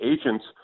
agents